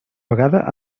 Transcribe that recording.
vegada